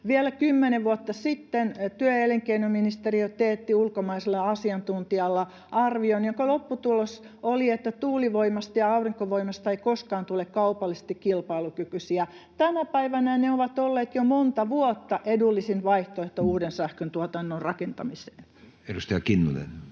Vielä kymmenen vuotta sitten työ- ja elinkeinoministeriö teetti ulkomaisella asiantuntijalla arvion, jonka lopputulos oli, että tuulivoimasta ja aurinkovoimasta ei koskaan tule kaupallisesti kilpailukykyisiä. Tänä päivänä ne ovat olleet jo monta vuotta edullisin vaihtoehto uuden sähköntuotannon rakentamiseen. [Speech